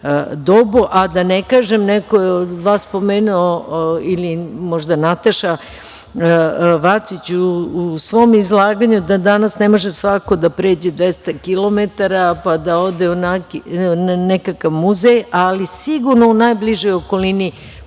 dobu. Da ne kažem, neko je od vas spomenuo, možda Nataša Vacić u svom izlaganju da danas ne može svako da pređe 200 kilometara pa da ode u nekakav muzej, ali sigurno u najbližoj okolini postoje